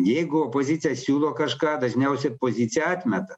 jeigu opozicija siūlo kažką dažniausiai pozicija atmeta